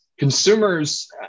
Consumers